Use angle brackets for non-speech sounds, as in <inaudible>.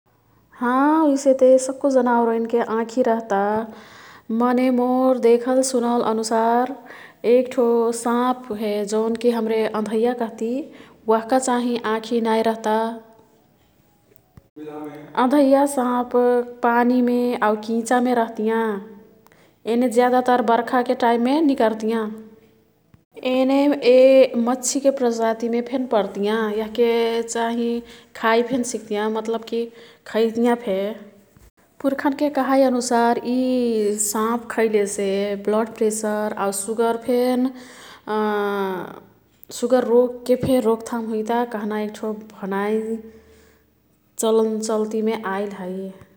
हाँ उइसेते सक्कु जनावर ओईनके आँखी रह्ता। मने मोर् देखल सुनल अनुसार एक ठो साँप हे। जौंनकि हाम्रे अंधैया कहती वह्का चाहिं आँखी नाइँ रह्ता। <noise> अंधैया साँप पानीमे आऊ किंचामे रह्तियाँ। एने ज्यादातर बर्खा के टाइम मे निकर्तियं। एने ए मछीके प्रजाति मे फेन पर्तियं। यह्के चाहिँ खाई फेन सिक्तियं मत्लब्की खैतियं फे। पुर्खनके कहाई अनुसार ई साँप खैलेसे ब्लडप्रेसर आऊ सुगर फेन <hesitation> सुगर रोग्के फे रोक्थम हुइता। कह्ना एक्ठो भनाई चलनचल्तीमे आईल हई।